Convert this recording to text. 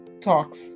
Talks